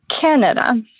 Canada